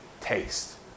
taste